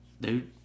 Dude